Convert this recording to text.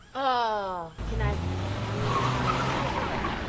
ah can i move my hunter's mark over?